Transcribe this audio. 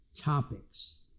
topics